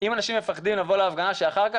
אם אנשים מפחדים לבוא להפגנה שאחר כך,